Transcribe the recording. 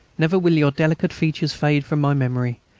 never will your delicate features fade from my memory.